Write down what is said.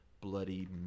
bloody